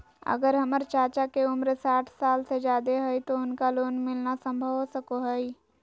अगर हमर चाचा के उम्र साठ साल से जादे हइ तो उनका लोन मिलना संभव हो सको हइ?